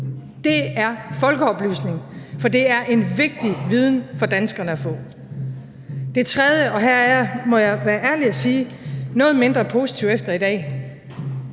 Det er folkeoplysning, for det er en vigtig viden for danskerne at få. Det tredje – og her er jeg, må jeg være ærlig at sige, noget mindre positiv efter i dag